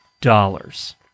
dollars